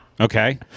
Okay